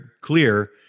clear